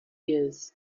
years